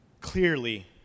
clearly